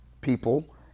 people